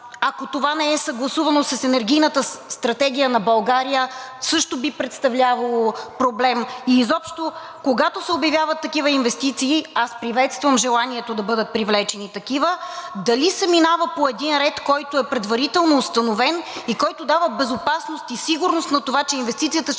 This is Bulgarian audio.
ако това не е съгласувано с Енергийната стратегия на България, също би представлявало проблем и изобщо когато се обявяват такива инвестиции – аз приветствам желанието да бъдат привлечени такива, дали се минава по един ред, който е предварително установен, който дава безопасност и сигурност на това, че инвестицията ще бъде